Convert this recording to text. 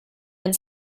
and